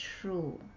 true